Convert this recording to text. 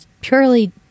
purely